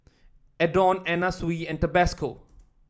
Adore Anna Sui and Tabasco